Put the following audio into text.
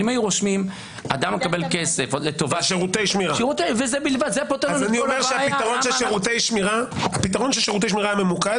אבל אם היו רושמים "שירותי שמירה" זה היה פותר את כל הבעיה.